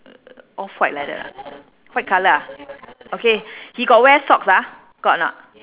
off white like that ah white colour ah okay he got wear socks ah got or not